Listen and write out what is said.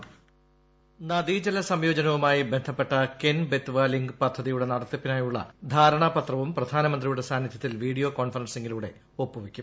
voice നദീജല സംയോജനവുമിട്ട്യി ബന്ധപ്പെട്ട കെൻ ബെത്വാ ലിങ്ക് പദ്ധതിയുടെ നടത്തിപ്പിന്നാ്യുള്ള ധാരണാ പത്രവും പ്രധാന മന്ത്രിയുടെ സാന്നിധൃത്തിൽ വീഡിയോ കോൺഫറൻസിംഗിലൂടെ ഒപ്പു വയ്ക്കും